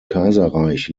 kaiserreich